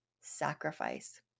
sacrifice